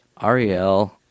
Ariel